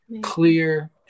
clear